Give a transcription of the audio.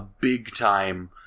big-time